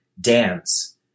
dance